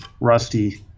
rusty